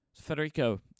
Federico